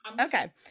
Okay